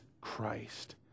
Christ